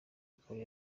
mugabo